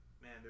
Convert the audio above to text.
man